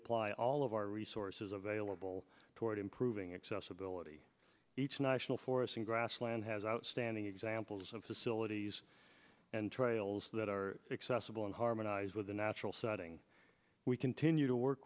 apply all of our resources available toward improving accessibility each national forest and grassland has outstanding examples of facilities and trails that are accessible and harmonize with the natural setting we continue to work